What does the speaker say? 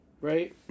right